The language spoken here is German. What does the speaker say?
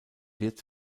wird